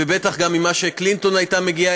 ובטח גם ממה שקלינטון הייתה מגיעה,